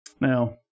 Now